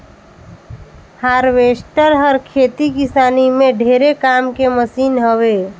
harvester हर खेती किसानी में ढेरे काम के मसीन हवे